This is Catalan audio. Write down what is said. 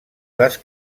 les